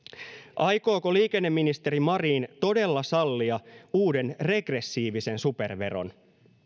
aikooko liikenneministeri marin todella sallia uuden regressiivisen superveron